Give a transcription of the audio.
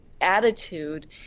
attitude